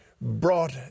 brought